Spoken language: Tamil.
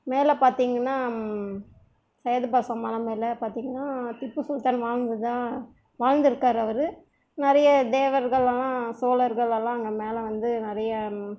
மேலே பார்த்திங்ன்னா சையது பாஷா மலை மேலே பார்த்திங்ன்னா திப்பு சுல்தான் வாழ்ந்ததாக வாழ்ந்து இருக்கார் அவரு நிறைய தேவர்களெலாம் சோழர்களெலாம் அங்கே மேலே வந்து நிறையா